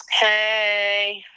hey